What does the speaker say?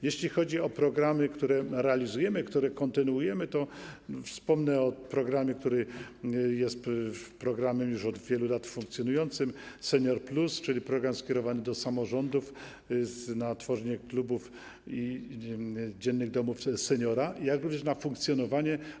Jeśli chodzi o programy, które realizujemy, które kontynuujemy, to wspomnę o programie, który już od wielu lat funkcjonuje, ˝Senior+˝ - czyli program skierowany do samorządów, pomoc w tworzeniu klubów i dziennych domów seniora, jak również w ich funkcjonowaniu.